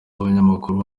abanyamakuru